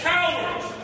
Cowards